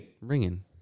Ringing